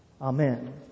Amen